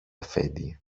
αφέντη